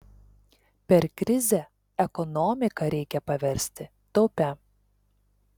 per krizę ekonomiką reikia paversti taupia